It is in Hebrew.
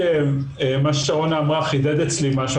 שרונה מחדדת אצלי משהו,